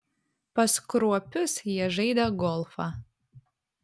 pas kruopius jie žaidė golfą